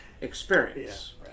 experience